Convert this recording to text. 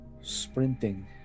sprinting